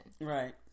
Right